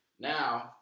Now